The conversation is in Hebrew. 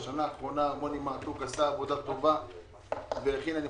בשנה האחרונה מוני מעתוק עשה עבודה טובה והכין את